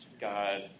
God